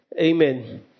amen